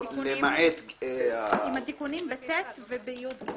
למעט- - עם התיקונים ב-(ט) וב-(י).